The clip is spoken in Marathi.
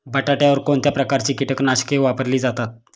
बटाट्यावर कोणत्या प्रकारची कीटकनाशके वापरली जातात?